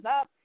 up